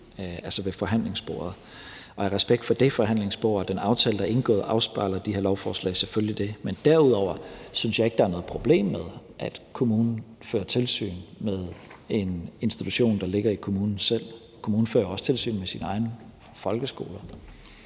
del ved forhandlingsbordet. Af respekt for det forhandlingsbord og den aftale, der er indgået, afspejler de her lovforslag selvfølgelig det. Men derudover synes jeg ikke, der er noget problem med, at kommunen selv fører tilsyn med en institution, der ligger i kommunen. Kommunen fører jo også selv tilsyn med sine egne folkeskoler.